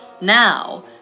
now